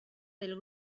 del